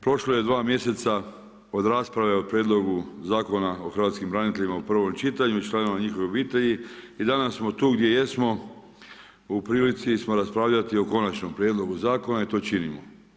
Prošlo je dva mjeseca od rasprave o Prijedlogu zakona o hrvatskim braniteljima u prvom čitanju i članova njihovih obitelji i danas smo tu gdje jesmo u prilici smo raspravljati o konačnom prijedlogu zakona i to činimo.